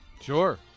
Sure